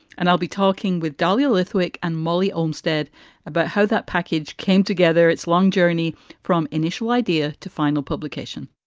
and i'll be talking with dahlia lithwick and molly olmstead about how that package came together, its long journey from initial idea to final publication